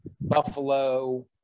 Buffalo